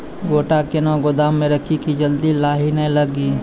गोटा कैनो गोदाम मे रखी की जल्दी लाही नए लगा?